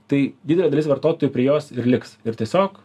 tai didelė dalis vartotojų prie jos ir liks ir tiesiog